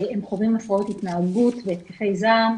הם חווים הפרעות התנהגות והתקפי זעם.